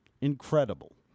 Incredible